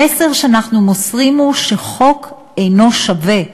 המסר הוא שחוק אינו שווה.